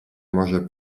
może